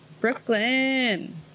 Brooklyn